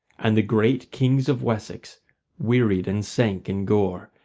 and the great kings of wessex wearied and sank in gore,